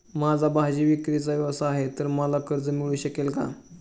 माझा भाजीविक्रीचा व्यवसाय आहे तर मला कर्ज मिळू शकेल का?